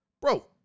Bro